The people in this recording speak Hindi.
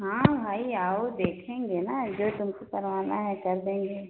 हाँ भाई आओ देखेंगे ना जो तुमको करवाना है कर देंगे